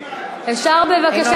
אינו נוכח